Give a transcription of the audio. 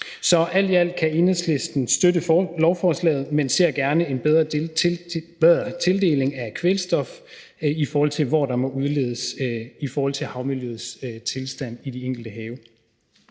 Så alt i alt kan Enhedslisten støtte lovforslaget, men vi ser gerne en bedre tildeling af kvælstof, i forhold til hvor der må udledes, i forhold til havmiljøets tilstand i de enkelte have.